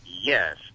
yes